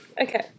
Okay